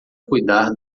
cuidar